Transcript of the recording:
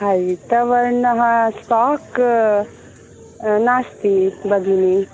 हरितवर्णः स्टोक् नास्ति भगिनी